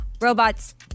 Robots